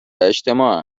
اجتماع